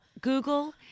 Google